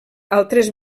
altres